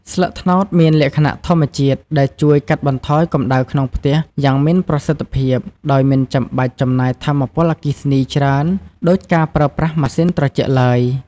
ស្លឹកត្នោតមានលក្ខណៈធម្មជាតិដែលជួយ កាត់បន្ថយកម្ដៅក្នុងផ្ទះ យ៉ាងមានប្រសិទ្ធភាព ដោយមិនចាំបាច់ចំណាយថាមពលអគ្គិសនីច្រើនដូចការប្រើប្រាស់ម៉ាស៊ីនត្រជាក់ឡើយ។